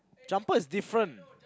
jumper is different